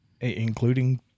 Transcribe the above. including